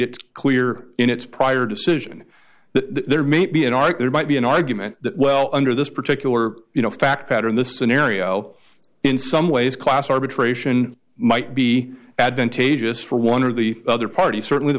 it clear in its prior decision that there may be an arc there might be an argument that well under this particular you know fact pattern the scenario in some ways class arbitration might be advantageous for one or the other party certainly the